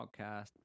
podcast